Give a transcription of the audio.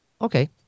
Okay